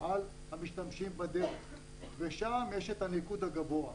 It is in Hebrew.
על המשתמשים בדרך, ושם יש את הניקוד הגבוה.